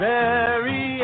Mary